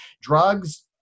drugs